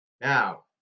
Now